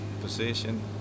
position